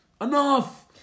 Enough